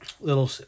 little